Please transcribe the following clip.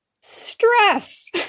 Stress